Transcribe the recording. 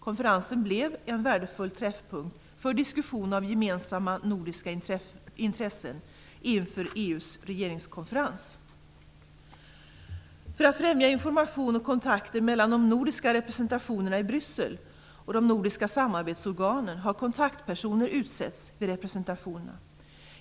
Konferensen blev en värdefull träffpunkt för diskussion om gemensamma nordiska intressen inför EU:s regeringskonferens. För att främja information och kontakter mellan de nordiska representationerna i Bryssel och de nordiska samarbetsorganen har kontaktpersoner utsetts vid representationerna.